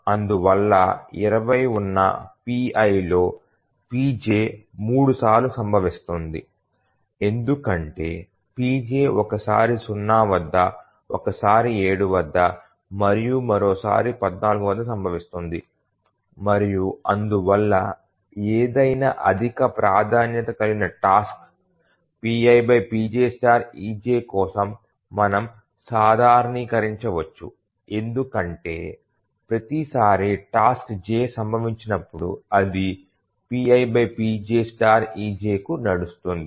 అందువల్ల 20 ఉన్న pi లో pj 3 సార్లు సంభవిస్తుంది ఎందుకంటే pj ఒక సారి 0 వద్ద ఒక సారి 7 వద్ద మరియు మరో సారి 14 వద్ద సంభవిస్తుంది మరియు అందువల్ల ఏదైనా అధిక ప్రాధాన్యత కలిగిన టాస్క్ pipjej కోసం మనం సాధారణీకరించవచ్చు ఎందుకంటే ప్రతిసారీ టాస్క్ j సంభవించినప్పుడు అది pipjej కు నడుస్తుంది